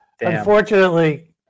unfortunately